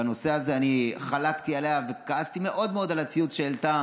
בנושא הזה אני חלקתי עליה וכעסתי מאוד מאוד על הציוץ שהעלתה